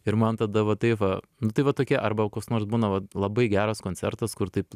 ir man tada va taip va nu tai va tokia arba koks nors būna vat labai geras koncertas kur taip